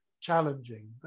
challenging